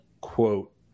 quote